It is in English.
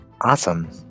Awesome